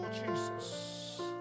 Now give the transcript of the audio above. Jesus